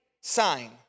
sign